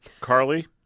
Carly